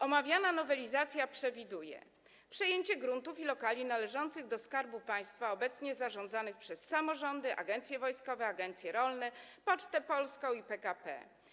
Omawiana nowelizacja przewiduje przejęcie gruntów i lokali należących do Skarbu Państwa, a obecnie zarządzanych przez samorządy, agencje wojskowe, agencje rolne, Pocztę Polską i PKP.